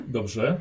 Dobrze